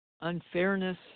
unfairness